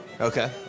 Okay